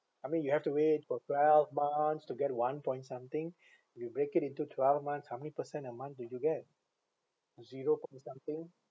I mean you have to wait for twelve months to get one point something you break it into twelve months how many percent a month do you get zero point something